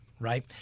right